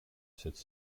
cette